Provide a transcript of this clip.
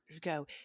go